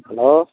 hello